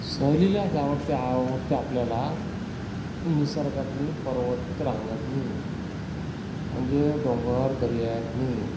सहलीला जावडते आवडते आपल्याला निसर्गातनी पर्वत रांगातनी म्हणजे डोंगर दऱ्यांतनी